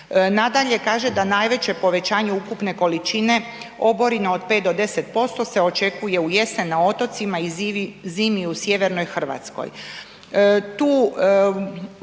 Nadalje, kaže da najveće povećanje ukupne količine oborina od 5-10% se očekuje u jesen na otocima i zimi u sjevernoj Hrvatskoj.